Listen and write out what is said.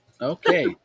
Okay